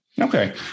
Okay